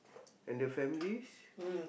and the families